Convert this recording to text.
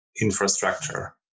infrastructure